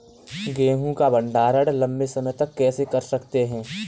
गेहूँ का भण्डारण लंबे समय तक कैसे कर सकते हैं?